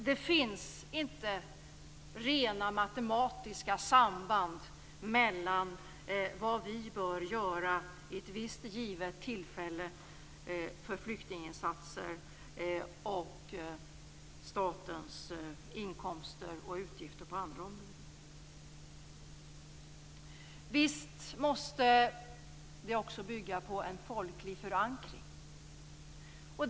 Det finns inte rena matematiska samband mellan vad vi bör göra vid ett visst givet tillfälle i flyktinginsatser och statens inkomster och utgifter på andra områden. Vi måste också bygga på en folklig förankring.